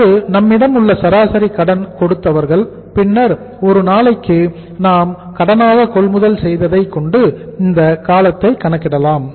அது நம்மிடம் உள்ள சராசரி கடன் கொடுத்தவர்கள் பின்னர் ஒரு நாளுக்கு நாம் கடனாக கொள்முதல் செய்ததை கொண்டு இந்த காலத்தை கணக்கிடலாம்